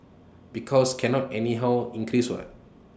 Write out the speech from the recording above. because cannot anyhow increase what